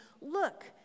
look